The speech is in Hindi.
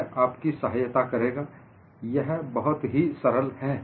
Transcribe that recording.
यह आपकी सहायता करेगा यह बहुत ही सरल है